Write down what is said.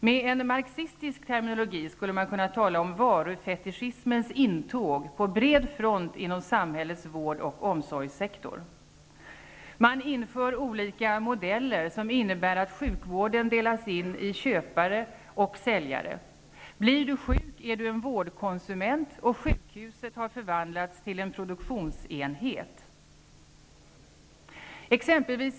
Med en marxistisk terminologi skulle man kunna tala om varufetischismens intåg på bred front inom samhällets vård och omsorgssektor. Man inför olika modeller som innebär att sjukvården delas in i köpare och säljare. Blir du sjuk är du en vårdkonsument. Sjukhuset har förvandlats till en produktionsenhet.